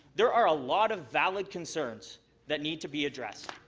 there are a lot of valid concerns that need to be addressed.